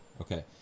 okay